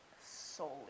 solely